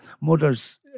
mothers